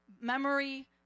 memory